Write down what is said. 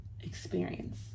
experience